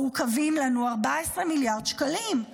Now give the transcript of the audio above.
מעוכבים לנו 14 מיליארד שקלים.